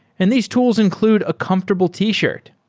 and these tools include a comfortable t-shirt.